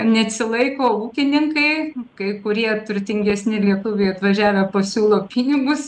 neatsilaiko ūkininkai kai kurie turtingesni lietuviai atvažiavę pasiūlo pinigus